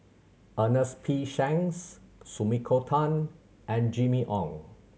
Ernest P Shanks Sumiko Tan and Jimmy Ong